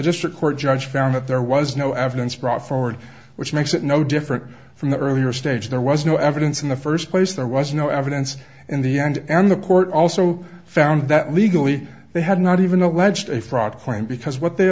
district court judge found that there was no evidence brought forward which makes it no different from the earlier stage there was no evidence in the first place there was no evidence in the end and the court also found that legally they had not even alleged a fraud claim because what they